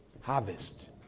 harvest